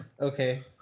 Okay